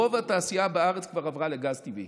רוב התעשייה בארץ כבר עברה לגז טבעי,